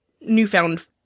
newfound